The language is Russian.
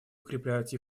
укреплять